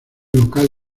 local